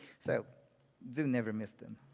so do never miss them.